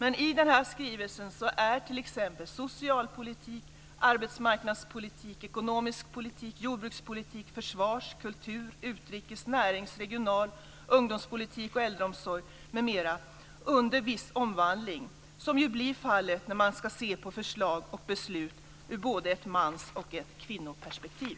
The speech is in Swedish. Enligt skrivelsen är t.ex. socialpolitik, arbetsmarknadspolitik, ekonomisk politik, jordbrukspolitik, försvarspolitik, kulturpolitik, utrikespolitik, näringspolitik, regionalpolitik, ungdomspolitik, äldreomsorg m.m. under viss omvandling, som ju blir fallet när man ska se på förslag och beslut ur både ett mansperspektiv och ett kvinnoperspektiv.